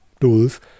tools